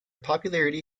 popularity